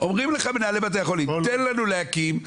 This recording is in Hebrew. אומרים לך מנהלי בתי החולים תן לנו להקים,